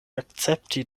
akcepti